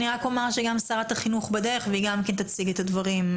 אני רק אומר ששרת החינוך בדרך והיא גם כן תציג את הדברים.